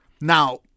Now